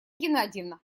геннадьевна